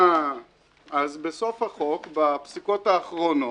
אז בסוף החוק, בפסקאות האחרונות,